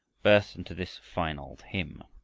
burst into this fine old hymn.